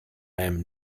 i’m